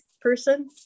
person